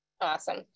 Awesome